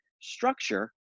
structure